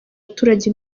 abaturage